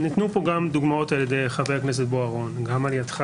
ניתנו פה דוגמאות על ידי חבר הכנסת בוארון גם על ידך